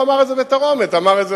הוא לא אמר את זה בתרעומת אלא בחיוך.